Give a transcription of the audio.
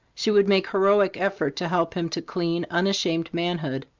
she would make heroic effort to help him to clean, unashamed manhood.